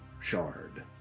shard